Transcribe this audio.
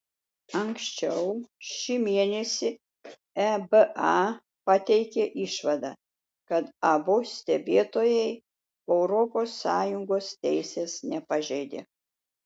anksčiau šį mėnesį eba pateikė išvadą kad abu stebėtojai europos sąjungos teisės nepažeidė